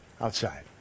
outside